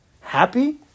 happy